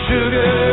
Sugar